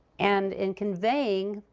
and in conveying